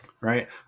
Right